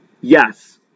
Yes